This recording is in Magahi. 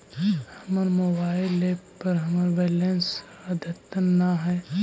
हमर मोबाइल एप पर हमर बैलेंस अद्यतन ना हई